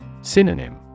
Synonym